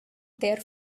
there